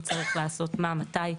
מי צריך לעשות מה ומתי.